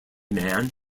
man